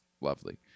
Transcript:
lovely